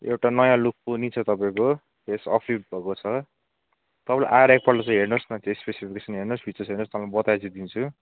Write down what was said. एउटा नयाँ लुक पनि छ तपाईँको फेस भएको छ तपाईँ आएर एकपल्ट चाहिँ हेर्नुहोस् न त्यो स्पेसिफिकेसन हेर्नुहोस् फिचर्स हेर्नुहोस् तपाईँलाई म बताई चाहिँ दिन्छु